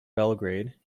belgrade